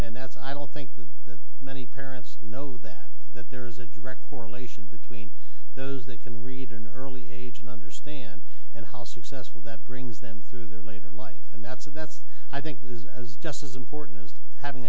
and that's i don't think the that many parents know that that there's a direct correlation between those they can read an early age and understand and how successful that brings them through their later life and that's a that's i think this as just as important as having